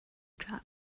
trap